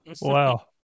Wow